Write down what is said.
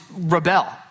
rebel